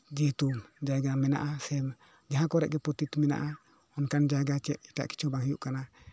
ᱡᱮᱦᱮᱛᱩ ᱡᱟᱭᱜᱟ ᱢᱮᱱᱟᱜᱼᱟ ᱥᱮ ᱡᱟᱭᱜᱟ ᱠᱚᱨᱮᱜ ᱜᱮ ᱯᱨᱚᱠᱤᱛ ᱢᱮᱱᱟᱜᱼᱟ ᱚᱱᱠᱟᱱ ᱡᱟᱭᱜᱟ ᱪᱮᱫ ᱮᱴᱟᱜ ᱠᱤᱪᱷᱩ ᱵᱟᱝ ᱦᱩᱭᱩᱜ ᱠᱟᱱᱟ